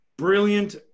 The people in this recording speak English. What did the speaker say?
brilliant